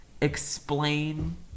explain